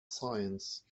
science